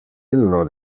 illo